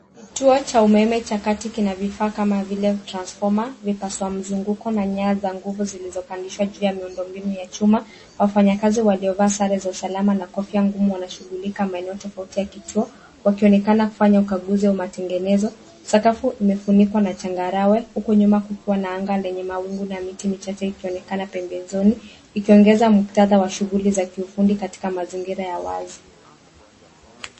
Kituo cha umeme cha kati kina vifaa kama vile transfoma, vipasua mzunguko na nyaya za nguvu zilizopandishwa juu ya miundo mbinu ya chuma. Wafanyakazi waliovaa sare za usalama na kofia ngumu wanashughulika maeneo tofauti ya kituo wakionekana kufanya ukaguzi au matengenezo. Sakafu imefunikwa na changarawe, huku nyuma kukiwa na anga lenye mawingu na miti michache ikionekana pembezoni ikiongeza muktadha wa shughuli za kiufundi katika mazingira ya wazi.